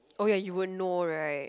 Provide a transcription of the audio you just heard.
oh ya you won't know right